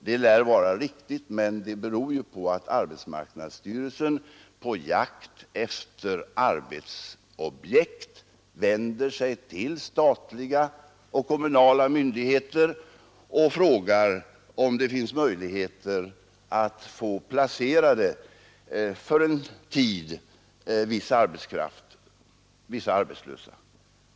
Det lär vara riktigt, men det beror ju på att arbetsmarknadsstyrelsen på jakt efter arbetsobjekt vänder sig till statliga och kommunala myndigheter och frågar om det finns möjligheter att för en tid få vissa arbetslösa placerade där.